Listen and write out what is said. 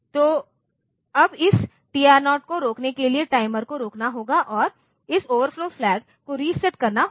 तो अब इस TR0 को रोकने के लिए टाइमर को रोकना होगा और इस ओवरफ्लो फ्लैग को रीसेट करना होगा